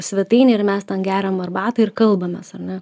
svetainėj ir mes ten geriam arbatą ir kalbamės ar ne